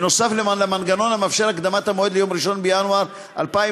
נוסף על מנגנון המאפשר את הקדמת המועד ליום 1 בינואר 2017,